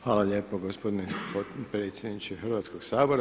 Hvala lijepo gospodine potpredsjedniče Hrvatskoga sabora.